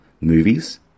Movies